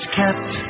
kept